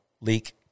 leak